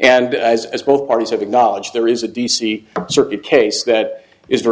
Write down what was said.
and as as both parties have acknowledged there is a d c circuit case that is very